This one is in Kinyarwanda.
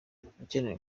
ukeneye